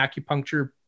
acupuncture